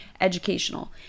educational